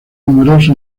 numerosos